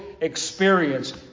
experience